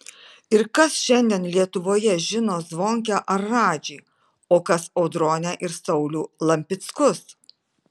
ir kas šiandien lietuvoje žino zvonkę ar radžį o kas audronę ir saulių lampickus